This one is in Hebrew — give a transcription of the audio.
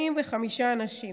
45 אנשים